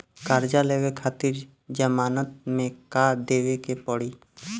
कर्जा लेवे खातिर जमानत मे का देवे के पड़ी?